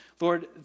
Lord